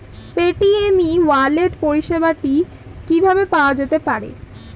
Paytm e wallet পরিষেবাটি কিভাবে পাওয়া যেতে পারে?